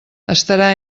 estarà